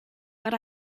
but